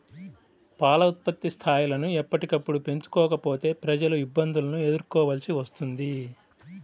పాల ఉత్పత్తి స్థాయిలను ఎప్పటికప్పుడు పెంచుకోకపోతే ప్రజలు ఇబ్బందులను ఎదుర్కోవలసి వస్తుంది